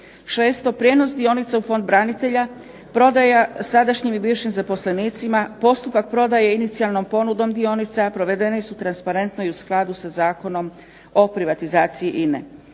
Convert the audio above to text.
Šesto, prijenos dionica u Fond branitelja, prodaja sadašnjim i bivšim zaposlenicima, postupak prodaje inicijalnom ponudom dionica provedeni su transparentno i u skladu sa Zakonom o privatizaciji INA-e.